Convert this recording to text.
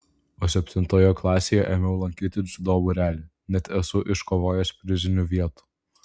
o septintoje klasėje ėmiau lankyti dziudo būrelį net esu iškovojęs prizinių vietų